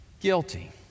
guilty